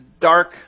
dark